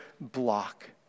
block